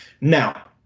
Now